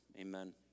Amen